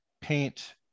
paint